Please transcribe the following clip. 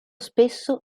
spesso